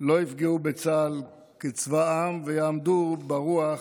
לא יפגעו בצה"ל כצבא העם, ויעמדו ברוח